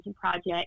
project